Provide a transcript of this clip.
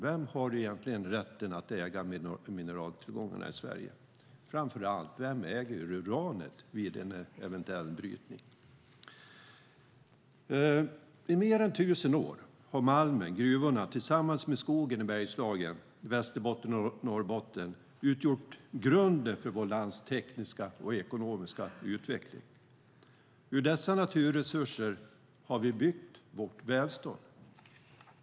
Vem har egentligen rätten att äga mineraltillgångarna i Sverige? Och framför allt: Vem äger uranet vid eventuell brytning? I mer än tusen år har malmen och gruvorna tillsammans med skogen i Bergslagen, Västerbotten och Norrbotten utgjort grunden för vårt lands tekniska och ekonomiska utveckling. Ur dessa naturresurser har vi byggt vårt välstånd.